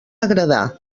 agradar